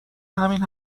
همین